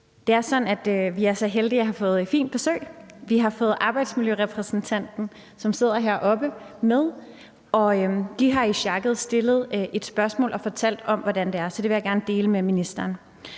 vi er så heldige at have fået fint besøg; vi har fået arbejdsmiljørepræsentanten, som sidder heroppe, med, og de har i sjakket stillet et spørgsmål og fortalt om, hvordan det er. Så det vil jeg gerne dele med ministeren: